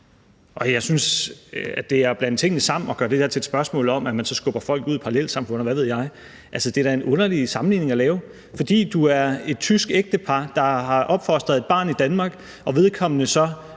Og jeg synes, at det er at blande tingene sammen at gøre det der til et spørgsmål om, at man så skubber folk ud i parallelsamfund, og hvad ved jeg. Altså, det er da en underlig sammenligning at lave. Hvis man er et tysk ægtepar, der har opfostret et barn i Danmark, og hvis barnet så,